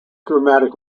dramatic